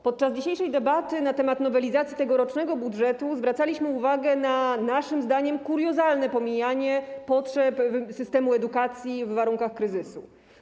Podczas dzisiejszej debaty na temat nowelizacji tegorocznego budżetu zwracaliśmy uwagę na naszym zdaniem kuriozalne pomijanie potrzeb systemu edukacji w warunkach kryzysu.